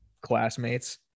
classmates